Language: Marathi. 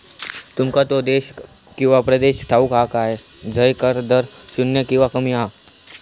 तुमका तो देश किंवा प्रदेश ठाऊक हा काय झय कर दर शून्य किंवा कमी हा?